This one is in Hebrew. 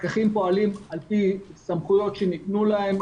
הפקחים פועלים על פי סמכויות שניתנו להם,